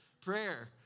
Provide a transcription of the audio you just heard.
Prayer